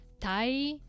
Thai